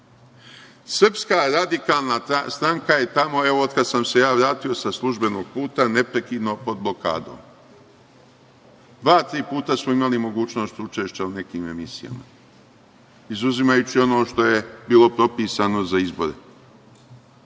v.d.Srpska radikalna stranka je tamo, evo, otkad sam se ja vratio sa službenog puta neprekidno pod blokadom. Dva tri puta smo imali mogućnost učešća u nekim emisijama, izuzimajući ono što je bilo propisano za izbore.